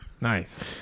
nice